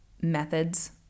methods